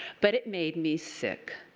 but it made me sick.